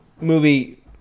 movie